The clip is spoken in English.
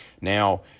Now